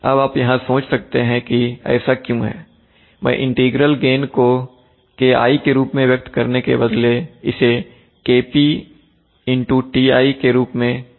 अब आप यहां सोच सकते हैं कि ऐसा क्यों है मैं इंटीग्रल गेन को KI के रूप में व्यक्त करने के बदले मैं इसे KPTI के रूप में क्यों व्यक्त कर रहा हूं